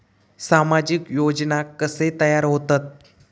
सामाजिक योजना कसे तयार होतत?